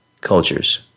cultures